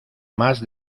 más